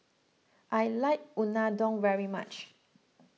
I like Unadon very much